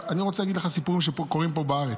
אני רוצה להגיד לך על סיפורים שקורים פה בארץ.